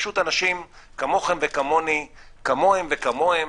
פשוט אנשים כמוכם וכמוני, כמוהם וכמוהם,